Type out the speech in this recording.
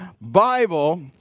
Bible